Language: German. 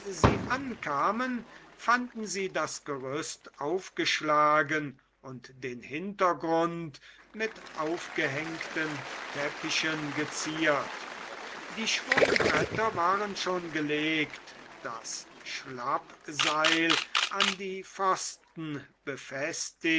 sie ankamen fanden sie das gerüst aufgeschlagen und den hintergrund mit aufgehängten teppichen geziert die schwungbretter waren schon gelegt das schlappseil an die pfosten befestigt